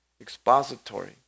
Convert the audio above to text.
expository